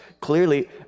clearly